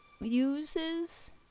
uses